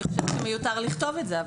אני חושבת שמיותר לכתוב את זה.